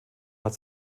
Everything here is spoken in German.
hat